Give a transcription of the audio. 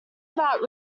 about